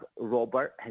Robert